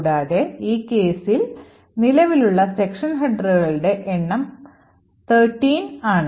കൂടാതെ ഈ കേസിൽ നിലവിലുള്ള സെക്ഷൻ ഹെഡറുകളുടെ എണ്ണം 13 ആണ്